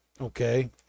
okay